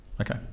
Okay